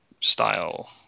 style